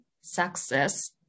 success